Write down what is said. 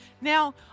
Now